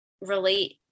relate